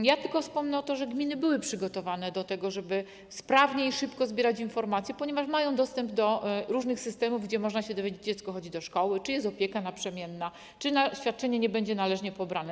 Powiem tylko, że gminy były przygotowane do tego, żeby sprawnie i szybko zbierać informacje, ponieważ mają dostęp do różnych systemów i mogą się dowiedzieć, gdzie dziecko chodzi do szkoły, czy jest opieka naprzemienna, czy świadczenie nie będzie należnie pobrane.